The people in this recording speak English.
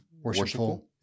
worshipful